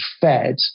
fed